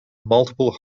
multiple